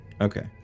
Okay